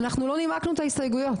אנחנו לא נימקנו את ההסתייגויות.